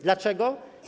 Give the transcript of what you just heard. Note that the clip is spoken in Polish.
Dlaczego?